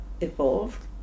evolved